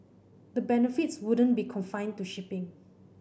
the benefits wouldn't be confined to shipping